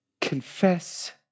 confess